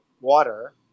water